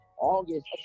August